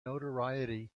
notoriety